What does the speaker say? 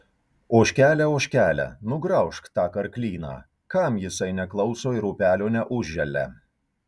ožkele ožkele nugraužk tą karklyną kam jisai neklauso ir upelio neužželia